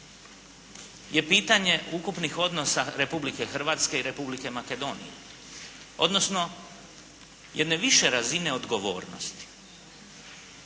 je pitanje ukupnih odnosa Republike Hrvatske i Republike Makedonije, odnosno jedne više razine odgovornosti.